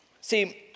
See